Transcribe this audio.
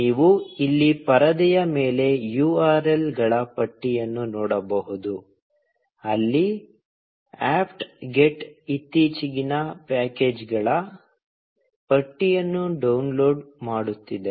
ನೀವು ಇಲ್ಲಿ ಪರದೆಯ ಮೇಲೆ URL ಗಳ ಪಟ್ಟಿಯನ್ನು ನೋಡಬಹುದು ಅಲ್ಲಿ apt get ಇತ್ತೀಚಿನ ಪ್ಯಾಕೇಜ್ಗಳ ಪಟ್ಟಿಯನ್ನು ಡೌನ್ಲೋಡ್ ಮಾಡುತ್ತಿದೆ